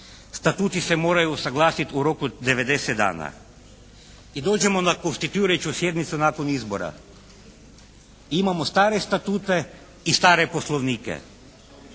Statuti se moraju usaglasit u roku od 90 dana. I dođemo onda na konstituirajuću sjednicu nakon izbora. Imamo stare Statute i stare Poslovnike.